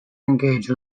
engage